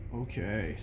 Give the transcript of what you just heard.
okay